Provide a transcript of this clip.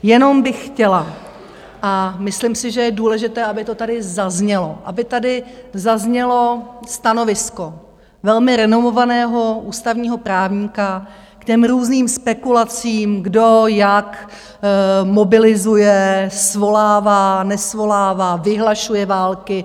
Jenom bych chtěla, a myslím si, že je důležité, aby to tady zaznělo, aby tady zaznělo stanovisko velmi renomovaného ústavního právníka k těm různým spekulacím, kdo jak mobilizuje, svolává, nesvolává, vyhlašuje války.